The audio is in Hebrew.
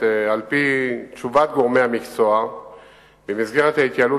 על-פי תשובת גורמי המקצוע במשרד התחבורה: במסגרת ההתייעלות